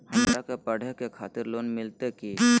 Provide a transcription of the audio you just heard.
हमरा के पढ़े के खातिर लोन मिलते की?